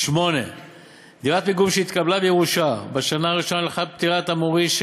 8. דירת מגורים שהתקבלה בירושה בשנה הראשונה לאחר פטירת המוריש,